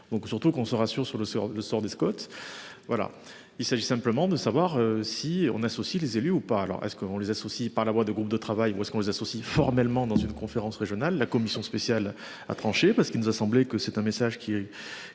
Donc surtout qu'on se rassure sur l'océan, le sort des Scott. Voilà. Il s'agit simplement de savoir si on associe les élus ou pas. Alors est-ce qu'on les associe par la voix de groupes de travail moi ce qu'on les associe formellement dans une conférence régionale, la commission spéciale a tranché parce qu'il nous a semblé que c'est un message qui est